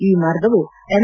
ಈ ಮಾರ್ಗವು ಎಂ